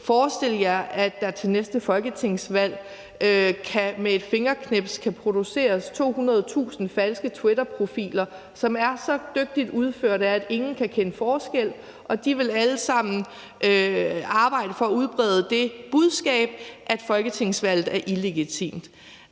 Forestil jer, at der til næste folketingsvalg med et fingerknips kan produceres 200.000 falske twitterprofiler, som er så dygtigt udført, at ingen kan kende forskel, og at de alle sammen vil arbejde for at udbrede det budskab, at folketingsvalget er illegitimt.